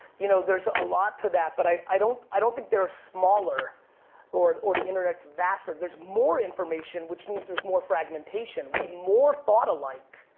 you know there's a lot to that, but i don't i don't think they're smaller or or the internet's vaster. there's more information which means there's more fragmentation. we more thought alike.